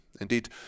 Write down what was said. Indeed